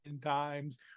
times